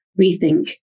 rethink